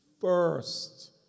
first